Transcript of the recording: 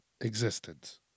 existence